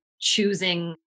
choosing